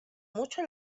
mucho